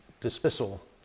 dismissal